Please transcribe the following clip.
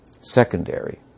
Secondary